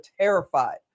terrified